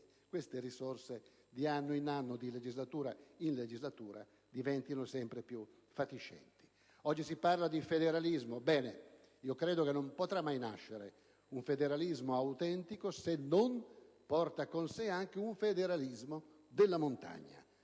queste risorse, di anno in anno, di legislatura in legislatura, diventino sempre più fatiscenti. Oggi si parla di federalismo: ebbene, io credo che non potrà mai nascere un federalismo autentico se non porta con sé anche un federalismo della montagna;